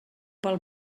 pel